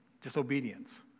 Disobedience